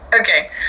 okay